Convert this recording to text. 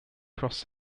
cross